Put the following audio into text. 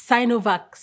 Sinovac